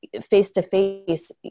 face-to-face